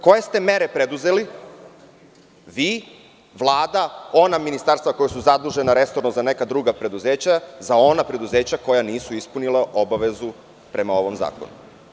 Koje ste mere preduzeli vi, Vlada, ona ministarstva koja su zadužena resorno za neka druga preduzeća, za ona preduzeća koja nisu ispunila obavezu prema ovom zakonu?